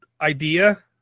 idea